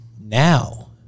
now